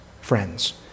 friends